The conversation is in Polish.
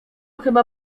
chyba